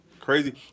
crazy